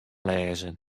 lêze